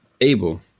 able